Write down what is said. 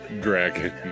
dragon